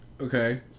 Okay